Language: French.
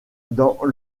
dans